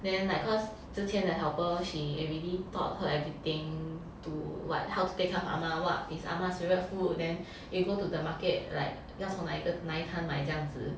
then like cause 之前的 helper she already taught her everything to what how to take care of ah ma what is ah ma's favorite food then when you go to the market like 要从哪一个摊买这样子